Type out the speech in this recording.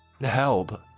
Help